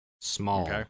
Small